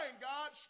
God